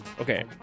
Okay